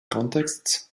contexts